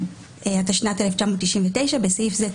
התשנ"ט 1999 (בסעיף זה,